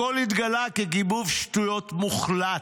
הכול התגלה כגיבוב שטויות מוחלט,